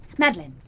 madeleine!